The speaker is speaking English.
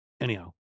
anyhow